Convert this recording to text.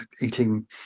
eating